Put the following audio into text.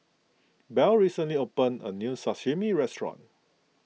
Belle recently opened a new Sashimi restaurant